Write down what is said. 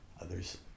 others